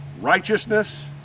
righteousness